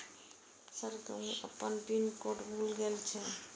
Sir हमू अपना pin code भूल गेल जीये?